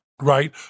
Right